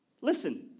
Listen